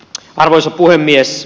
arvoisa puhemies